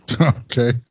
Okay